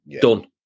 Done